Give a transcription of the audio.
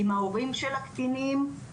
עם ההורים של הקטינים.